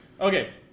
okay